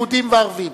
יהודים וערבים.